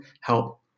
help